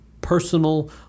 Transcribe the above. personal